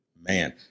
man